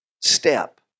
Step